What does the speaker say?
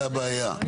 זו הבעיה,